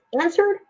answered